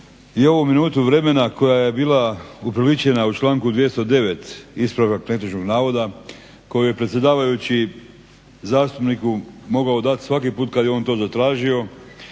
i ovu minutu vremena koja je bila upriličena u članku 209.ispravka netočnog navoda, koju je predsjedavajući zastupniku mogao dati svaki puta kada je on to zatražio